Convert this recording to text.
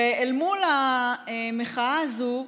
ואל מול המחאה הזאת,